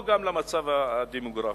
או גם למצב הדמוגרפי,